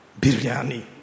biryani